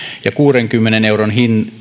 ja kuudenkymmenen euron